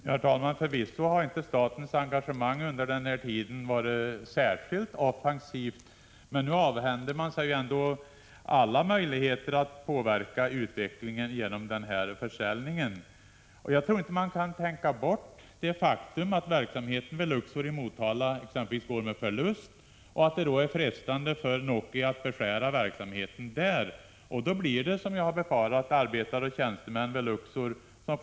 Det blir allt vanligare att svenskar söker arbete eller praktik utomlands. I hög grad gäller detta även våra invandrare. Sedan många år har arbetsförmedlingarna runt om i vårt land förvärvat god kännedom om den nordiska arbetsmarknaden, dess krav och förutsättningar. Därigenom har hjälp kunnat lämnas till arbetseller praktikansökningar på den nordiska arbetsmarknaden. Nu i dag är hela världen, kanske i första hand Europa, på väg att bli en gemensam arbetsmarknad. Detta kräver speciella insatser från arbetsförmedlingarnas sida om hjälp skall kunna lämnas.